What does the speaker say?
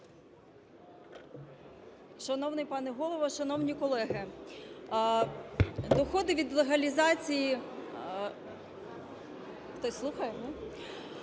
Шановний пане Голово! Шановні колеги! Доходи від легалізації… Хтось слухає,